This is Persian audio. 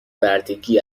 بردگی